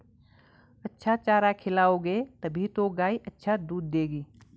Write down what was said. अच्छा चारा खिलाओगे तभी तो गाय अच्छा दूध देगी